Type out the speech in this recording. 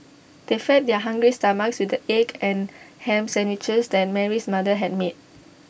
they fed their hungry stomachs with the egg and Ham Sandwiches that Mary's mother had made